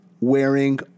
Wearing